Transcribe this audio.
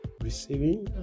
receiving